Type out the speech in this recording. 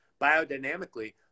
biodynamically